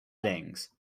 things